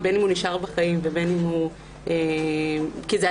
בין אם הוא נשאר בחיים או לא כי זה היה